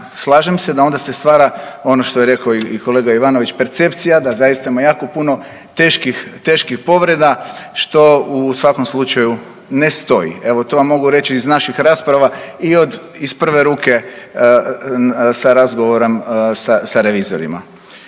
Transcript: slažem se da onda se stvara ono što je rekao i kolega Ivanović percepcija da zaista ima jako puno teških povreda što u svakom slučaju ne stoji. Evo to vam mogu reći iz naših rasprava i iz prve ruke sa razgovorom sa revizorima.